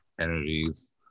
energies